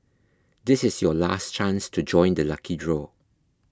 this is your last chance to join the lucky draw